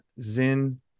Zin